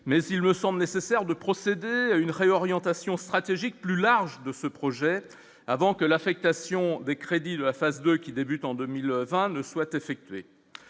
mais il me semble nécessaire de procéder à une réorientation stratégique plus large de ce projet avant que l'affectation des crédits de la phase 2 qui débute en 2020 ne soit effectué,